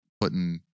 putting